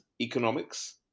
economics